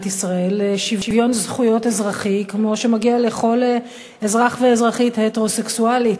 ישראל שוויון זכויות אזרחי כמו שמגיע לכל אזרח ואזרחית הטרוסקסואלית.